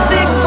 Big